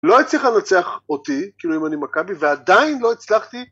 לא הצליחה לנצח אותי כאילו אם אני מכבי ועדיין לא הצלחתי